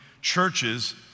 churches